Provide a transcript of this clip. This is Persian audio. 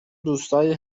دوستایی